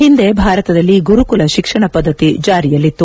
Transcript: ಹಿಂದೆ ಭಾರತದಲ್ಲಿ ಗುರುಕುಲ ಶಿಕ್ಷಣ ಪದ್ಧತಿ ಜಾರಿಯಲ್ಲಿತ್ತು